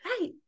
Right